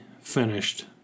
finished